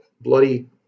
bloody